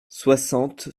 soixante